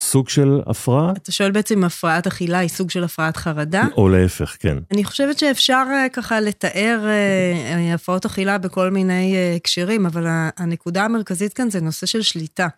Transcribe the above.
סוג של הפרעה? אתה שואל בעצם אם הפרעת אכילה היא סוג של הפרעת חרדה? או להפך, כן. אני חושבת שאפשר ככה לתאר הפרעות אכילה בכל מיני הקשרים, אבל הנקודה המרכזית כאן זה נושא של שליטה.